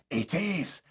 it is.